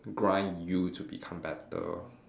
grind you to become better